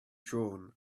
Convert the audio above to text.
drawn